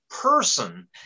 person